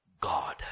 God